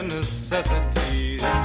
necessities